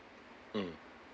mm